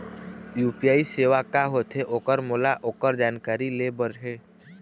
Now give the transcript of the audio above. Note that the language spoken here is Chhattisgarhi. यू.पी.आई सेवा का होथे ओकर मोला ओकर जानकारी ले बर हे?